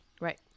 right